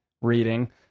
reading